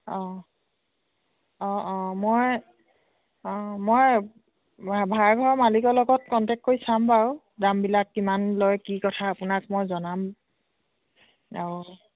অঁ অঁ অঁ মই অঁ মই ভাড়াঘৰৰ মালিকৰ লগত কণ্টেক্ট কৰি চাম বাৰু দামবিলাক কিমান লয় কি কথা আপোনাক মই জনাম অঁ